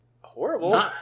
horrible